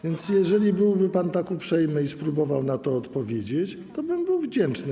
Więc jeżeli byłby pan tak uprzejmy i spróbował na to odpowiedzieć, to byłbym wdzięczny.